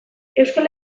euskal